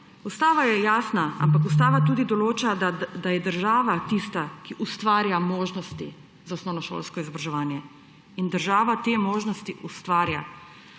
Ustava je jasna, ampak ustava tudi določa, da je država tista, ki ustvarja možnosti za osnovnošolsko izobraževanje. In država te možnosti ustvarja.